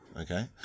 okay